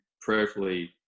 prayerfully